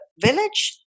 village